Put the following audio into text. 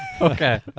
Okay